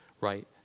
right